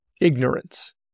ignorance